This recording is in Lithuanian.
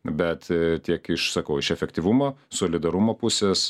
bet tiek iš sakau iš efektyvumo solidarumo pusės